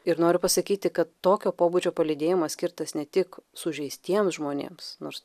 ir noriu pasakyti kad tokio pobūdžio palydėjimas skirtas ne tik sužeistiems žmonėms nors